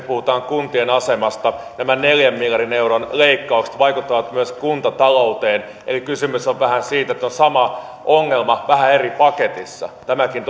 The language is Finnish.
puhutaan kuntien asemasta että nämä neljän miljardin euron leikkaukset vaikuttavat myös kuntatalouteen eli kysymys on vähän siitä että on sama ongelma vähän eri paketissa tämäkin